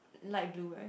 light blue right